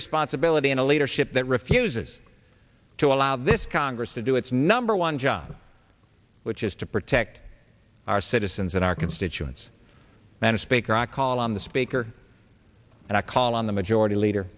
irresponsibility and a leadership that refuses to allow this congress to do its number one job which is to protect our citizens and our constituents that are speaker i call on the speaker and i call on the majority leader